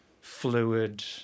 fluid